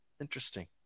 Interesting